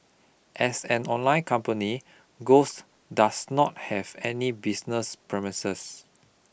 as an online company Ghost does not have any business premises